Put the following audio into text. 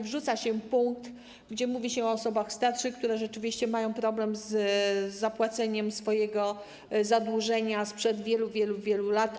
Wrzuca się tam punkt, w którym mówi się o osobach starszych, które rzeczywiście mają problem z zapłaceniem swojego zadłużenia sprzed wielu, wielu lat.